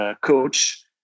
coach